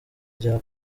ryo